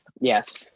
Yes